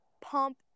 pump